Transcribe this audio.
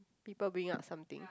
people bring up something